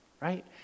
right